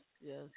yes